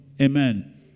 Amen